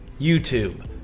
youtube